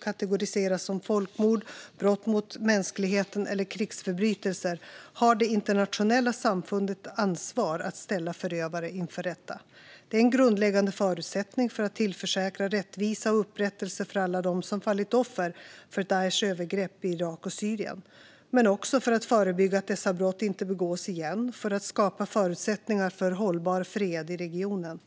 kategoriseras som folkmord, brott mot mänskligheten eller krigsförbrytelser har det internationella samfundet ett ansvar att ställa förövare inför rätta. Det är en grundläggande förutsättning för att tillförsäkra rättvisa och upprättelse för alla de som fallit offer för Daishs övergrepp i Irak och Syrien men också för att förebygga så att dessa brott inte begås igen och för att skapa förutsättningar för hållbar fred i regionen.